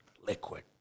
liquid